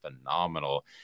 phenomenal